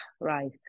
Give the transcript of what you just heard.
right